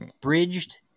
bridged